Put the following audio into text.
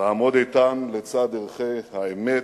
לעמוד איתן לצד ערכי האמת,